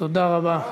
תודה רבה.